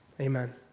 Amen